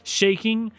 shaking